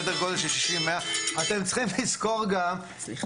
סדר גודל של 60 100. אתם צריכים לזכור גם שבסוף